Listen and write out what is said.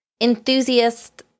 enthusiast